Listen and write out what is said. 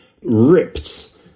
ripped